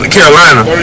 Carolina